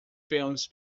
films